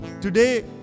today